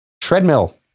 treadmill